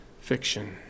fiction